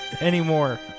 Anymore